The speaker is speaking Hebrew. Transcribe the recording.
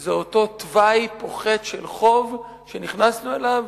זה אותו תוואי פוחת של חוב שנכנסנו אליו